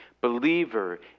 believer